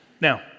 Now